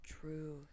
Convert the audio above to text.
True